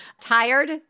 Tired